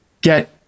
get